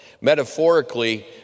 Metaphorically